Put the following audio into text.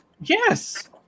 yes